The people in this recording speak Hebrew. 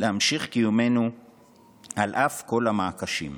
להמשיך קיומנו על אף כל המעקשים".